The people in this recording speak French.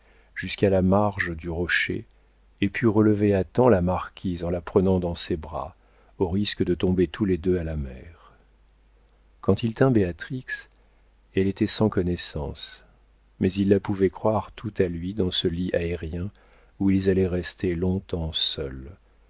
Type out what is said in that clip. jusqu'à la marge du rocher et put relever à temps la marquise en la prenant dans ses bras au risque de tomber tous les deux à la mer quand il tint béatrix elle était sans connaissance mais il la pouvait croire toute à lui dans ce lit aérien où ils allaient rester longtemps seuls